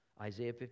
Isaiah